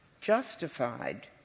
justified